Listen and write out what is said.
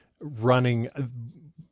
running